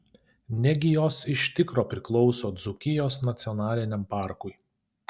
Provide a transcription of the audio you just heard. negi jos iš tikro priklauso dzūkijos nacionaliniam parkui